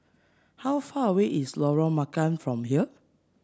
how far away is Lorong Marican from here